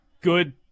good